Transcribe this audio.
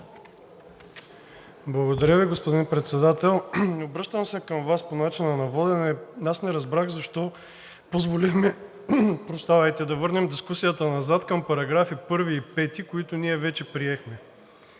Благодаря Ви, господин Председател. Обръщам се към Вас по начина на водене, аз не разбрах защо позволихте да върнем дискусията назад към параграфи 1 и 5, които ние вече приехме?